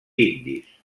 indis